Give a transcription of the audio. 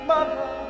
Mother